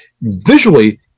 visually